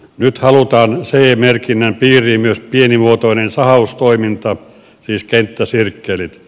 nyt halutaan ce merkinnän piiriin myös pienimuotoinen sahaustoiminta siis kenttäsirkkelit